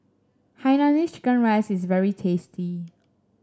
Hainanese Chicken Rice is very tasty